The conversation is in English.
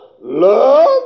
love